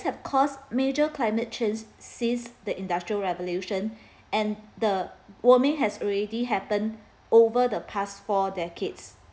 have caused major climate change since the industrial revolution and the warming has already happened over the past four decades